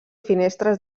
finestres